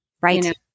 Right